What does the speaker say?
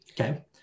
Okay